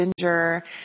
ginger